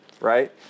right